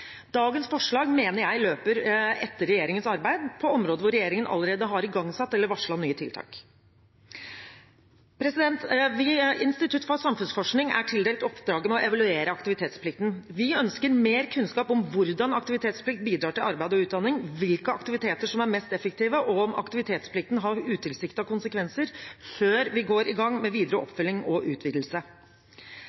Dagens forslag mener jeg løper etter regjeringens arbeid på områder hvor regjeringen allerede har igangsatt eller varslet nye tiltak. Institutt for samfunnsforskning er tildelt oppdraget med å evaluere aktivitetsplikten. Vi ønsker mer kunnskap om hvordan aktivitetsplikt bidrar til arbeid og utdanning, hvilke aktiviteter som er mest effektive, og om aktivitetsplikten har utilsiktede konsekvenser – før vi går i gang med videre